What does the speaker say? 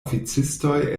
oficistoj